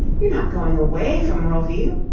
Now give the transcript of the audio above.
you're not going away from roville?